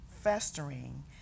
festering